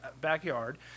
backyard